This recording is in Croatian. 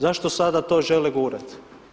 Zašto sada to žele gurati?